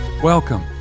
Welcome